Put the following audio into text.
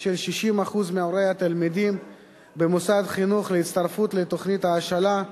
של 60% מהורי התלמידים במוסד חינוך להצטרפות לתוכנית ההשאלה,